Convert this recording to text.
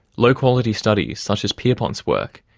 low quality studies, such as pierpont's work,